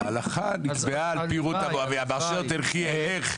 ההלכה נקבעה על-פי רות המואבייה "באשר תלכי אליך".